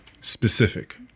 Specific